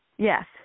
Yes